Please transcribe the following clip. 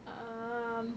um